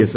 S